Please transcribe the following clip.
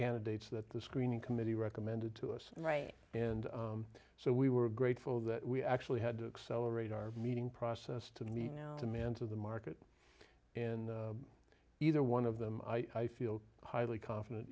candidates that the screening committee recommended to us right and so we were grateful that we actually had to celebrate our meeting process to meet now demands of the market in either one of them i feel highly confident